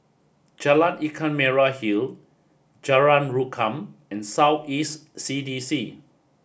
Jalan Ikan Merah Hill Jalan Rukam and South East C D C